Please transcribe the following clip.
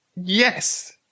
Yes